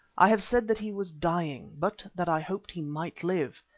i have said that he was dying, but that i hoped he might live.